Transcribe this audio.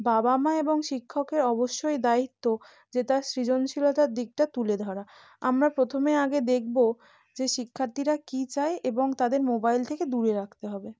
বাবা মা এবং শিক্ষকের অবশ্যই দায়িত্ব যে তার সৃজনশীলতার দিকটা তুলে ধরা আমরা প্রথমে আগে দেখবো যে শিক্ষার্থীরা কী চায় এবং তাদের মোবাইল থেকে দূরে রাখতে হবে